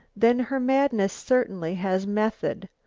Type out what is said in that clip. then her madness certainly has method.